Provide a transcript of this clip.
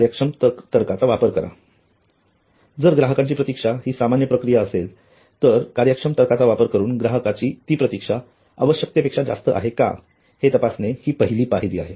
कार्यक्षम तर्काचा वापर करा जर ग्राहकांची प्रतीक्षा हि सामान्य प्रक्रिया असेल तर कार्यक्षम तर्काचा वापर करून ग्राहकांची ती प्रतीक्षा आवश्यकतेपेक्षा जास्त आहे का हे तपासणे हि पहिली पायरी आहे